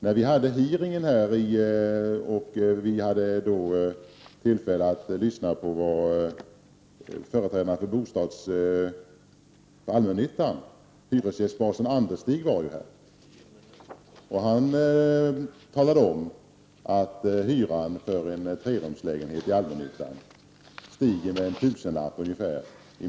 I samband med den hearing som hölls i utskottet hade vi tillfälle att lyssna på allmännyttans företrädare. Hyresgästbasen Lars Anderstig var ju med. Han talade om att månadshyran för en trerumslägenhet i allmännyttan kommer att stiga med ungefär 1 000 kr.